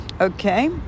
okay